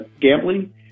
gambling